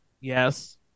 Yes